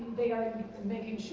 they are making